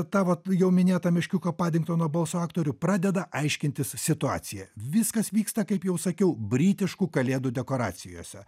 ta vat jau minėta meškiuko padingtono balso aktorių pradeda aiškintis situaciją viskas vyksta kaip jau sakiau britiškų kalėdų dekoracijose